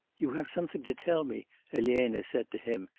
you have something to tell me elena said to him,